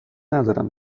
ندارم